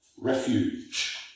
refuge